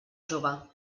jove